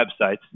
websites